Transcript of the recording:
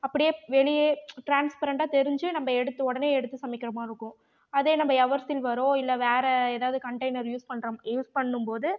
அப்படியே வெளியே டிரான்ஸ்பரெண்ட்டாக தெரிஞ்சு நம்ம எடுத்து உடனே எடுத்து சமைக்கிற மாதிரி இருக்கும் அதே நம்ம எவர்சில்வரோ இல்லை வேற எதாவது கன்டைனர் யூஸ் பண்ணும் யூஸ் பண்ணும்போது